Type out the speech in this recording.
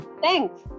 thanks